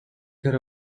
could